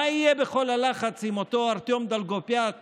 מה יהיה בכל הלחץ עם אותו ארטיום דולגופיאט